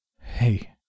Hey